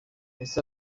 ese